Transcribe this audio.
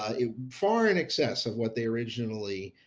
ah it far in excess of what they originally.